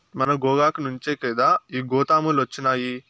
మన గోగాకు నుంచే కదా ఈ గోతాములొచ్చినాయి